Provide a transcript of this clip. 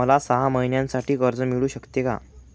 मला सहा महिन्यांसाठी कर्ज मिळू शकते का?